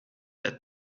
that